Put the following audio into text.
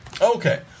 Okay